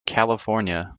california